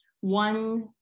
one